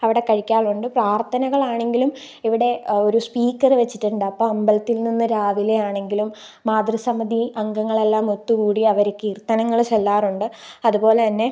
അവിടെ കഴിക്കാറുണ്ട് പ്രാർത്ഥനകളാണെങ്കിലും ഇവിടെ ഒരു സ്പീക്കര് വച്ചിട്ടുണ്ടപ്പോള് അമ്പലത്തിൽ നിന്ന് രാവിലെയാണെങ്കിലും മാതൃ സമിതി അംഗങ്ങളെല്ലാം ഒത്തുകൂടി അവര് കീർത്തനങ്ങള് ചൊല്ലാറുണ്ട് അതുപോലെതന്നെ